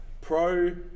Pro